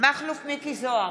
מכלוף מיקי זוהר,